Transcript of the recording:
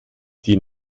die